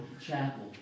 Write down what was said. chapel